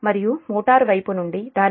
మరియు మోటారు వైపు నుండి దాని భాగం j0